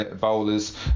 bowlers